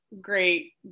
great